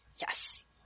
Yes